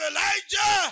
Elijah